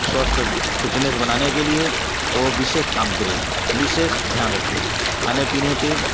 स्वस्थ फिटनेस बनाने के लिए ओ विशेष काम करें विशेष ध्यान रखें खाने पीने पे